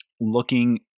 looking